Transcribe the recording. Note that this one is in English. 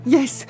Yes